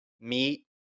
meet